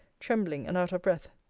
trembling and out of breath.